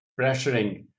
pressuring